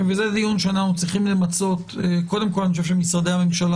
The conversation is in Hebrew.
זה דיון שאנו צריכים למצות קודם כל אני חושב שמשרדי הממשלה